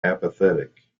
apathetic